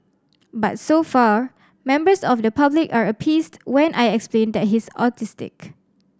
but so far members of the public are appeased when I explain that he's autistic